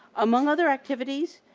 among other activities,